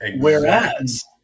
Whereas